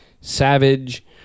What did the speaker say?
savage